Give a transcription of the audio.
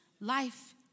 life